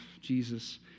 Jesus